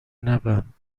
نبند